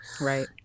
right